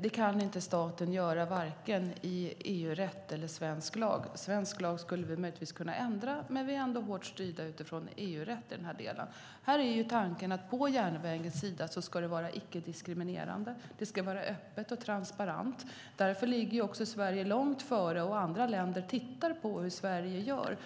Det kan staten dock inte göra vare sig enligt EU-rätt eller enligt svensk lag. Svensk lag skulle vi möjligen kunna ändra, men vi är ändå hårt styrda av EU-rätten i den här delen. Tanken är att det ska vara icke-diskriminerande, öppet och transparent. Därför ligger också Sverige långt före, och andra länder tittar på hur Sverige gör.